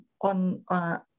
on